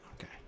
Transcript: Okay